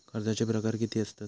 कर्जाचे प्रकार कीती असतत?